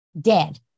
dead